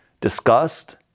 disgust